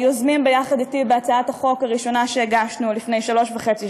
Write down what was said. יוזמים ביחד אתי בהצעת החוק הראשונה שהגשנו לפני שלוש שנים וחצי,